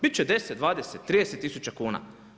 Bit će 10, 20, 30 tisuća kuna.